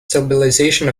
stabilization